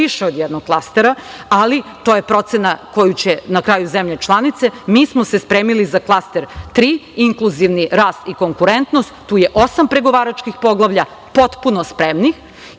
više od jednog klastera, ali, to je procena koju će na kraju zemlje članice doneti. Mi smo se spremili za klaster 3 - Inkluzivni rast i konkurentnost, tu je osam pregovaračkih poglavlja i tu smo potpuno spremni,